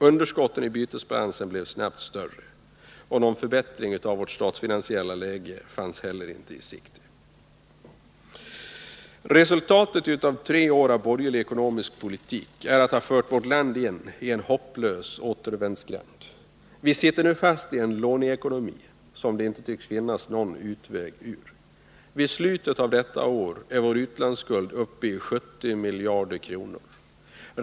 Underskotten i bytesbalansen blev snabbt större, och någon förbättring av vårt statsfinansiella läge fanns heller inte i sikte. Resultatet av tre år av borgerlig ekonomisk politik är att den fört vårt land inien hopplös återvändsgränd. Vi sitter nu fast i en låneekonomi som det inte tycks finnas någon utväg ur. Vid slutet av detta år är vår utlandsskuld uppe i 70 miljarder kronor.